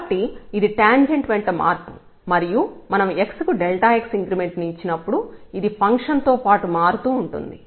కాబట్టి ఇది టాంజెంట్ వెంట మార్పు మరియు మనం x కు x ఇంక్రిమెంట్ ను ఇచ్చినప్పుడు ఇది ఫంక్షన్ తో పాటు మారుతూ ఉంటుంది